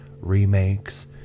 remakes